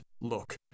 look